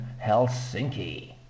Helsinki